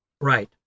Right